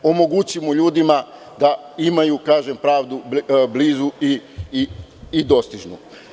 Omogućimo ljudima da imaju pravdu blizu i dostižnu.